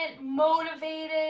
motivated